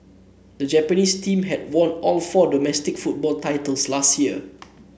the Japanese team had won all four domestic football titles last year